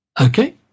Okay